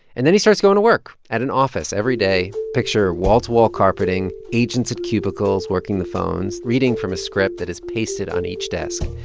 and then he starts going to work at an office every day. picture wall-to-wall carpeting, agents at cubicles working the phones, reading from a script that is pasted on each desk.